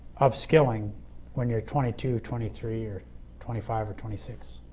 upscaling when you are twenty two, twenty three or twenty five or twenty six.